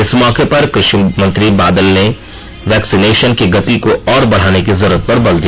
इस मौके पर कृषि मंत्री बादल ने वैक्सीनेशन की गति को और बढ़ाने की जरूरत पर बल दिया